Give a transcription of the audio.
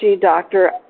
doctor